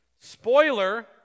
Spoiler